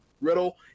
riddle